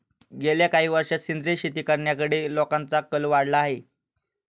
गेल्या काही वर्षांत सेंद्रिय शेती करण्याकडे लोकांचा कल वाढला आहे